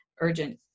urgent